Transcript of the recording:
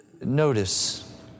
Notice